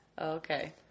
Okay